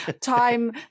Time